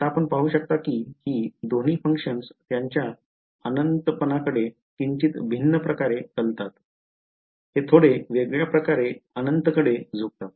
आता आपण पाहू शकता की ही दोन्ही फंक्शनस त्यांचा अनंतपणाकडे किंचित भिन्न प्रकारे कलतात ते थोड्या वेगळ्या प्रकारे अनंतकडे झुकतात